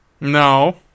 No